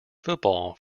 football